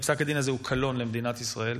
ופסק הדין הזה הוא קלון למדינת ישראל,